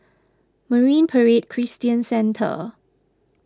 Marine Parade Christian Centre